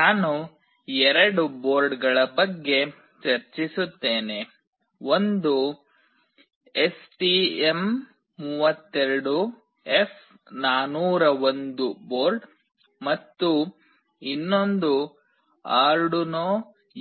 ನಾನು ಎರಡು ಬೋರ್ಡ್ಗಳ ಬಗ್ಗೆ ಚರ್ಚಿಸುತ್ತೇನೆ ಒಂದು ಎಸ್ಟಿಎಂ32ಎಫ್401 ಬೋರ್ಡ್ ಮತ್ತು ಇನ್ನೊಂದು ಆರ್ಡುನೊ